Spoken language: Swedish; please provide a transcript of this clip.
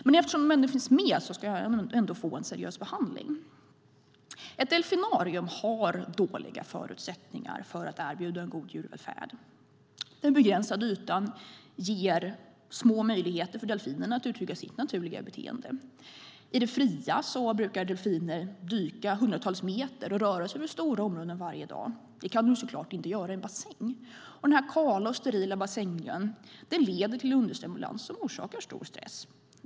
Men eftersom de ändå finns med ska de få en seriös behandling. Ett delfinarium har dåliga förutsättningar för att erbjuda en god djurvälfärd. Den begränsade ytan ger delfinerna små möjligheter att uttrycka sitt naturliga beteende. I det fria brukar delfiner dyka hundratals meter och röra sig över stora områden varje dag. Det kan de såklart inte göra i en bassäng. Den kala och sterila bassängmiljön leder till understimulans som orsakar stor stress.